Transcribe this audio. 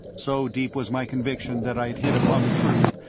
so deep was my conviction that i had hit upon the truth,